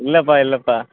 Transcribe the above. இல்லைப்பா இல்லைப்பா